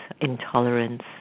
intolerance